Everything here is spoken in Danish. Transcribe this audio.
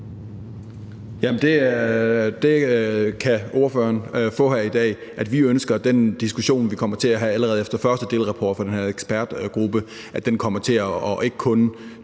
Jamen det kan ordføreren få her i dag: Vi ønsker, at den diskussion, vi kommer til at have allerede efter første delrapport fra den her ekspertgruppe, ikke kun kommer til at handle